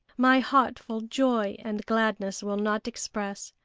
my heartful joy and gladness will not express,